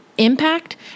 impact